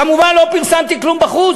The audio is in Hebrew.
כמובן לא פרסמתי כלום בחוץ,